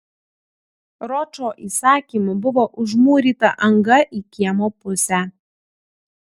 ročo įsakymu buvo užmūryta anga į kiemo pusę